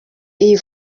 iyi